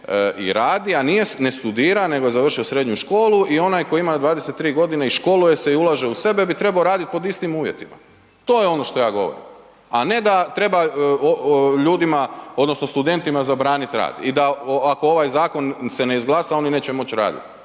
i radi, a ne studira nego je završio srednju školu i onaj koji ima 23.g. i školuje se i ulaže u sebe bi trebo radit pod istim uvjetima, to je ono što ja govorim, a ne da treba ljudima odnosno studentima zabraniti rad i da ako ovaj zakon se ne izglasa oni neće moć radit,